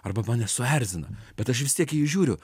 arba mane suerzina bet aš vis tiek į jį žiūriu